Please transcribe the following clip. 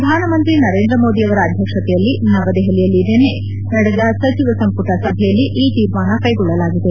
ಪ್ರಧಾನಮಂತ್ರಿ ನರೇಂದ್ರ ಮೋದಿಯವರ ಅಧ್ಯಕ್ಷತೆಯಲ್ಲಿ ನವದೆಹಲಿಯಲ್ಲಿ ನಿನ್ನೆ ನಡೆದ ಸಚಿವ ಸಂಪುಟ ಸಭೆಯಲ್ಲಿ ಈ ತೀರ್ಮಾನ ಕೈಗೊಳ್ಟಲಾಗಿದೆ